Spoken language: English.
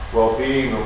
Well-being